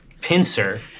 pincer